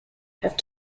have